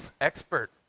expert